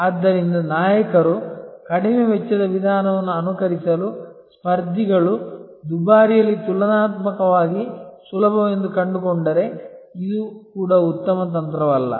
ಆದ್ದರಿಂದ ನಾಯಕರು ಕಡಿಮೆ ವೆಚ್ಚದ ವಿಧಾನವನ್ನು ಅನುಕರಿಸಲು ಸ್ಪರ್ಧಿಗಳು ದುಬಾರಿಯಲ್ಲಿ ತುಲನಾತ್ಮಕವಾಗಿ ಸುಲಭವೆಂದು ಕಂಡುಕೊಂಡರೆ ಇದು ಕೂಡ ಉತ್ತಮ ತಂತ್ರವಲ್ಲ